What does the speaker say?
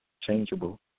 changeable